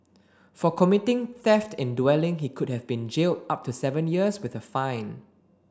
for committing theft in dwelling he could have been jailed up to seven years with a fine